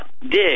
Dig